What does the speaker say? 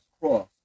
cross